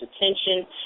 attention